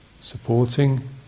supporting